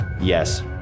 Yes